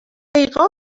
پیغام